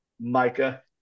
Micah